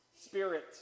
spirit